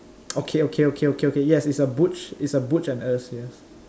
okay okay okay okay okay yes it's a butch it's a butch and er's yes